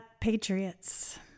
Patriots